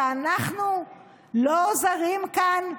שאנחנו לא זרים כאן?